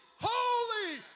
holy